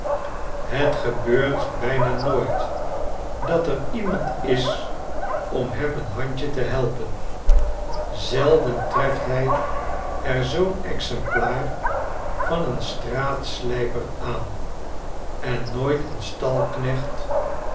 het gebeurt bijna nooit dat er iemand is om hem een handje te helpen zelden treft hij er zoo'n exemplaar van n straatslijper aan en nooit een